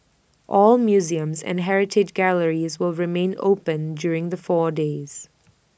all museums and heritage galleries will remain open during the four days